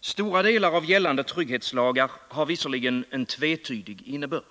Stora delar av gällande trygghetslagar har visserligen en tvetydig innebörd.